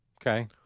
Okay